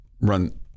run